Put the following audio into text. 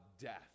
death